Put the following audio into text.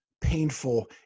painful